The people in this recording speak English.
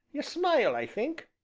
you smile, i think?